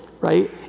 right